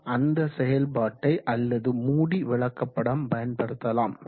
நாம் அந்த செயல்பாட்டை அல்லது மூடி விளக்கப்படம் பயன்படுத்தலாம்